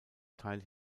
teil